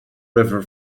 river